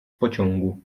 pociągu